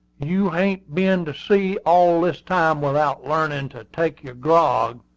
you hain't been to sea all this time without learnin' to take your grog?